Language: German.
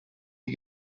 die